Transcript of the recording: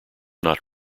not